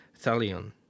Thalion